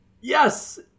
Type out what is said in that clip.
Yes